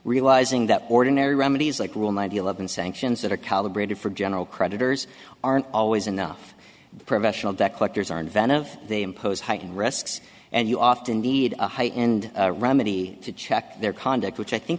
realizing that ordinary remedies like rule nine eleven sanctions that are calibrated for general creditors aren't always enough professional debt collectors are inventive they impose heightened risks and you often need a high end remedy to check their conduct which i think